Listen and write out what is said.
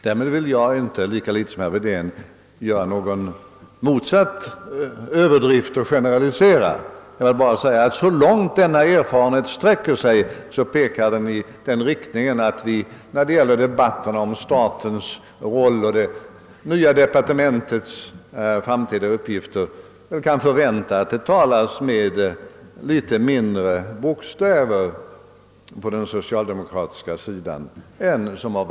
Nu vill jag, lika litet som herr Wedén, göra mig skyldig till någon överdrift eller till någon generalisering. Men såvitt jag kan bedöma går erfarenheterna i sådan riktning att vi, när det gäller debatten om statens roll och det nya departementets framtida upp gifter, kan vänta oss att socialdemokraterna talar med litet mindre bokstäver än de gjort vid många tillfällen under de senaste åren.